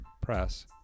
press